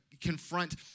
Confront